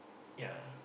ya